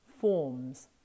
forms